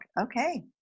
Okay